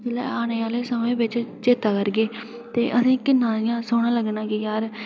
जिसी अस आने आह्ले समें बिच चेता करगे की असें किन्ना इं'या सोह्ना लगना कि यार